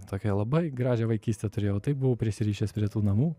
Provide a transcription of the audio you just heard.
tokią labai gražią vaikystę turėjau taip buvau prisirišęs prie tų namų